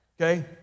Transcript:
Okay